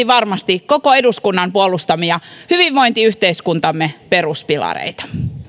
varmasti koko eduskunnan puolustamia hyvinvointiyhteiskuntamme peruspilareita